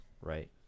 right